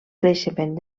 creixement